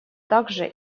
также